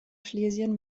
schlesien